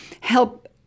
help